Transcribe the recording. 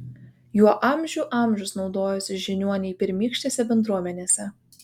juo amžių amžius naudojosi žiniuoniai pirmykštėse bendruomenėse